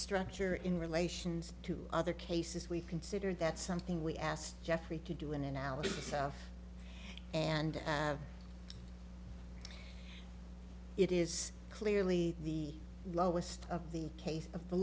structure in relations to other cases we considered that something we asked jeffrey to do an analysis of and it is clearly the lowest of the case of the